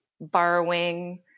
borrowing